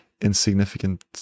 insignificant